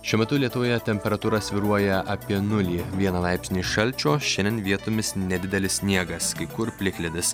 šiuo metu lietuvoje temperatūra svyruoja apie nulį vieną laipsnį šalčio šiandien vietomis nedidelis sniegas kai kur plikledis